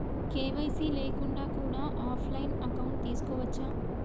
KYC లేకుండా కూడా offline account తీసుకోవచ్చా?